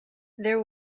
there